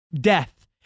death